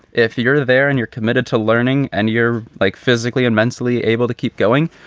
if you're there and you're committed to learning and you're like physically and mentally able to keep going.